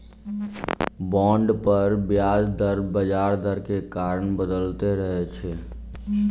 bond पर ब्याज दर बजार दर के कारण बदलैत रहै छै